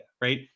right